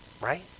Right